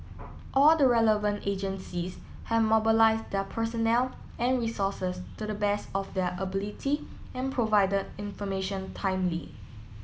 all the relevant agencies have mobilised their personnel and resources to the best of their ability and provided information timely